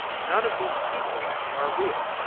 none of these people are real.